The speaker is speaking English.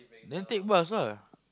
then take bus lah